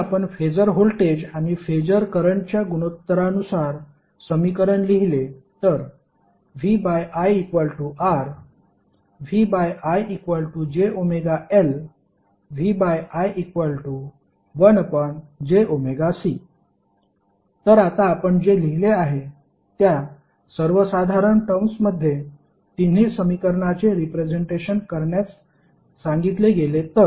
जर आपण phasor voltage आणि फेसर करंटच्या गुणोत्तरानुसार समीकरण लिहिले तर VIRVIjωLVI1jωC तर आता आपण जे लिहिले आहे त्या सर्वसाधारण टर्म्समध्ये तिन्ही समीकरणाचे रिप्रेझेंटेशन करण्यास सांगितले गेले तर